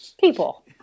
People